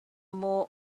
more